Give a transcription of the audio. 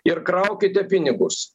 ir kraukite pinigus